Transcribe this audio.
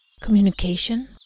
Communication